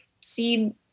see